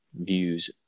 views